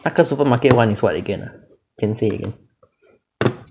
那个 supermarket [one] is what again ah can say again